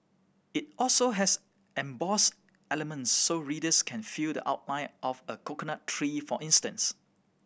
it also has embossed elements so readers can feel the outline of a coconut tree for instance